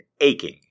aching